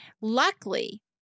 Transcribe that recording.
Luckily